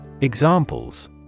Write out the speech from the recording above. Examples